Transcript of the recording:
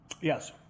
Yes